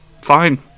Fine